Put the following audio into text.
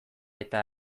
eta